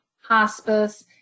hospice